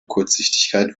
kurzsichtigkeit